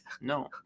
No